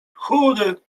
chudy